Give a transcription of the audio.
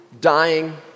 dying